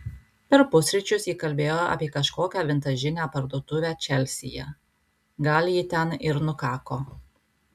per pusryčius ji kalbėjo apie kažkokią vintažinę parduotuvę čelsyje gali ji ten ir nukako